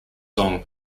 song